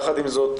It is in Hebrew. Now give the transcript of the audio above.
יחד עם זאת,